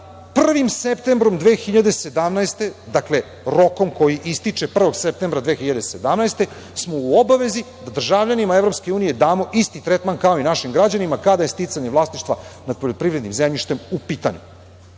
1. septembrom 2017. godine, dakle, rokom koji ističe 1. septembra 2017. godine, smo u obavezi da državljanima EU damo isti tretman kao i našim građanima kada je sticanje vlasništva nad poljoprivrednim zemljištem u